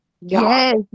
Yes